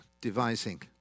devising